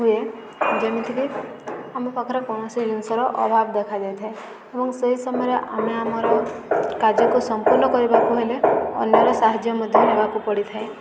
ହୁଏ ଯେମିତିକି ଆମ ପାଖରେ କୌଣସି ଜିନିଷର ଅଭାବ ଦେଖାଯାଇଥାଏ ଏବଂ ସେହି ସମୟରେ ଆମେ ଆମର କାର୍ଯ୍ୟକୁ ସମ୍ପୂର୍ଣ୍ଣ କରିବାକୁ ହେଲେ ଅନ୍ୟର ସାହାଯ୍ୟ ମଧ୍ୟ ନେବାକୁ ପଡ଼ିଥାଏ